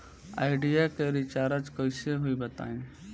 Idea के recharge कइसे होई बताईं?